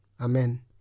Amen